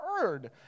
heard